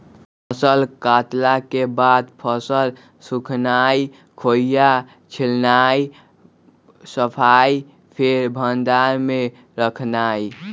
फसल कटला के बाद फसल सुखेनाई, खोइया छिलनाइ, सफाइ, फेर भण्डार में रखनाइ